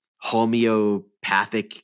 homeopathic